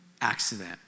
accident